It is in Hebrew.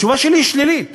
התשובה שלי היא שלילית.